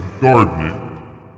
gardening